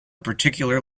particular